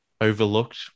overlooked